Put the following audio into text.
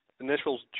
initials